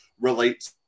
relate